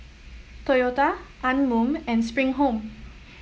Toyota Anmum and Spring Home